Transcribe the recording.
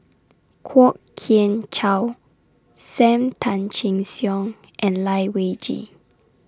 Kwok Kian Chow SAM Tan Chin Siong and Lai Weijie